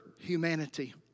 humanity